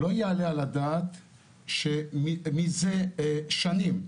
לא יעלה על הדעת שמזה שנים,